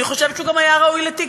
אני חושבת שהוא גם היה ראוי לתיק,